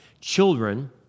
children